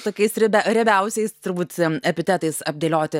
tokiais riebia riebiausiais turbūt epitetais apdėlioti